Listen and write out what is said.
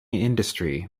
industry